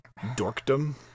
Dorkdom